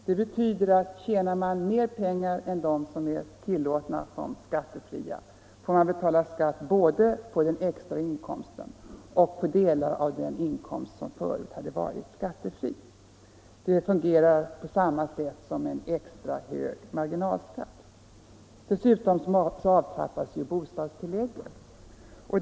Det betyder att man då måste betala skatt både på den extra inkomsten och på delar av den inkomst som förut hade varit skattefri. Det fungerar på samma sätt som en extra hög marginalskatt. Dessutom avtrappas bostadstillägget.